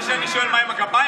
על זה שאני שואל מה עם הכפיים?